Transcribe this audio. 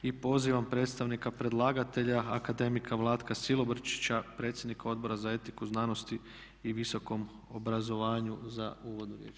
I pozivam predstavnika predlagatelja akademika Vlatka Silobrčića, predsjednika Odbora za etiku, znanost i visoko obrazovanje za uvodnu riječ.